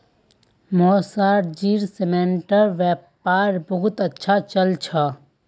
मौसाजीर सीमेंटेर व्यापार बहुत अच्छा चल छ